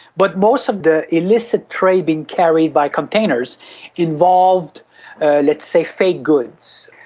but most of the illicit trade being carried by containers involved let's say fake goods.